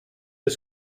est